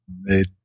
made